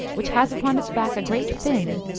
which has upon its back a great fin,